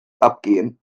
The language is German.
abgehen